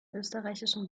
österreichischen